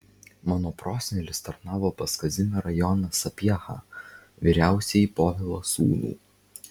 mano prosenelis tarnavo pas kazimierą joną sapiehą vyriausiąjį povilo sūnų